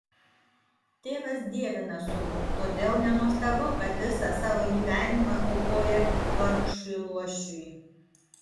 tėvas dievina sūnų todėl nenuostabu kad visą savo gyvenimą aukoja vargšui luošiui